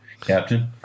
Captain